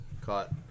caught